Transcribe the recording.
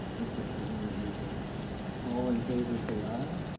think this is going to be an all in favor say, aye.